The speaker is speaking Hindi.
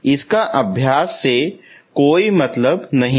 इसका अभ्यास में कोई मतलब नहीं है